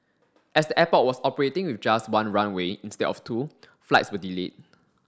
as the airport was operating with just one runway instead of two flights were delayed